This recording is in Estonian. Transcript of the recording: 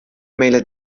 meile